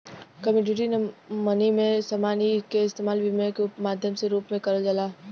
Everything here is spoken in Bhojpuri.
कमोडिटी मनी में समान क इस्तेमाल विनिमय के माध्यम के रूप में करल जाला